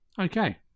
Okay